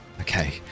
Okay